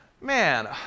Man